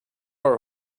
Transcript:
are